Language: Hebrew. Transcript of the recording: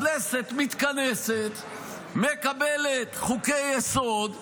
הכנסת מתכנסת, מקבלת חוקי-יסוד,